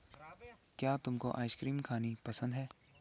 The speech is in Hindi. क्या तुमको आइसक्रीम खानी पसंद है?